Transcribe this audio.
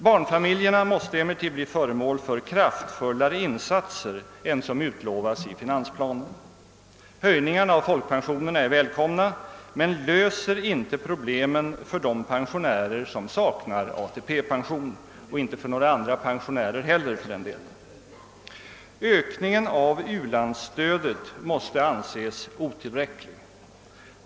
Barnfamiljerna måste emellertid bli föremål för kraftfullare insatser än som utlovats i finansplanen. Höjningarna av folkpensionerna är välkomna men löser inte problemen för de pensionärer som saknar ATP-pension — och inte för några andra pensionärer heller, för den delen. Ökningen av u-landsstödet måste anses otillräcklig.